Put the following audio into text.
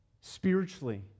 Spiritually